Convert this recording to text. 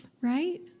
right